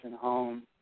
home